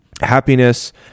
happiness